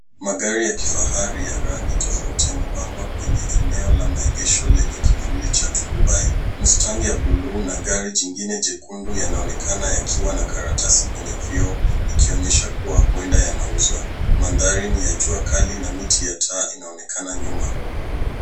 Magari ya kifahari ya rangi tafauti yamepangwa kwenye eneo la maegesho lenye kifuli cha durubia, mustaki ya bluu na gari chingine jekundu yanaonekana yakiwa na karatasi kwenye vioo yakionyesha kuwa uenda yanauzwa. Maandari ni ya jua kali na miti ya taa inaonekana nyuma.